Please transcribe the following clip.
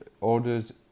orders